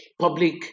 public